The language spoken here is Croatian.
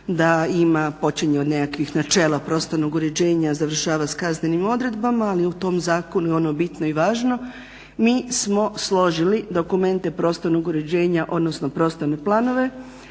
da ima, počinje od nekakvih načela prostornog uređenja, završava s kaznenim odredbama ali u tom zakonu je ono bitno i važno, mi smo složili dokumente prostornog uređenja odnosno prostorne planove